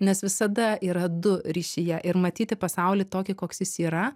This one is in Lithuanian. nes visada yra du ryšyje ir matyti pasaulį tokį koks jis yra